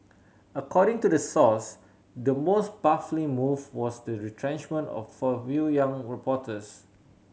according to the source the most baffling move was the retrenchment of a few young reporters